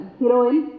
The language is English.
heroine